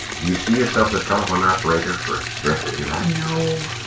you see yourself as a telephone operator for the rest of your life? no.